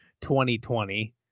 2020